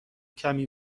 کمی